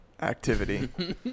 activity